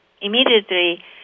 immediately